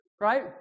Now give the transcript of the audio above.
right